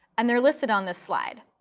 and they're listed on this slide.